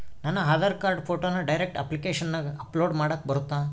ನನ್ನ ಆಧಾರ್ ಕಾರ್ಡ್ ಫೋಟೋನ ಡೈರೆಕ್ಟ್ ಅಪ್ಲಿಕೇಶನಗ ಅಪ್ಲೋಡ್ ಮಾಡಾಕ ಬರುತ್ತಾ?